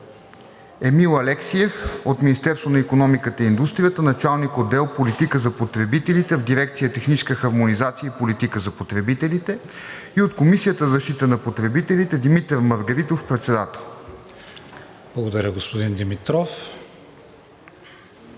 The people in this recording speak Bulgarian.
Емил Алексиев от Министерството на икономиката и индустрията – началник-отдел „Политика за потребителите“ в дирекция „Техническа хармонизация и политика за потребителите“, и от Комисията за защита на потребителите Димитър Маргаритов – председател. ПРЕДСЕДАТЕЛ